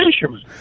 fisherman